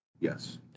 Yes